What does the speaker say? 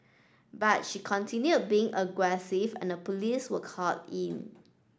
but she continued being aggressive and a police were called in